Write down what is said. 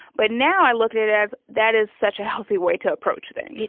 but now i look at it as, that is such a healthy way to approach things.